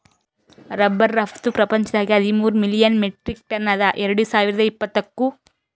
rubber ರಫ್ತು ಪ್ರಪಂಚದಾಗೆ ಹದಿಮೂರ್ ಮಿಲಿಯನ್ ಮೆಟ್ರಿಕ್ ಟನ್ ಅದ ಎರಡು ಸಾವಿರ್ದ ಇಪ್ಪತ್ತುಕ್